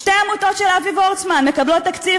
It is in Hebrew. שתי עמותות של אבי וורצמן מקבלות תקציב